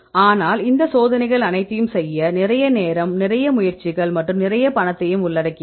ஆனால் இந்த சோதனைகள் அனைத்தையும் செய்ய நிறைய நேரம் நிறைய முயற்சிகள்யும் மற்றும் நிறைய பணத்தையும் உள்ளடக்கியது